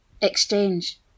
exchange